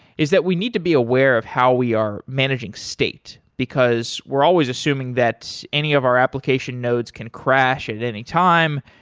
is that we need to be aware of how we are managing state, because we're always assuming that any of our application nodes can crash at any time,